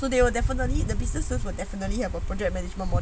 so they will definitely the businesses would definitely have a project management module